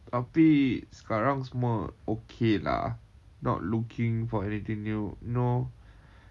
tapi sekarang semua okay lah not looking for anything new no